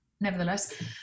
nevertheless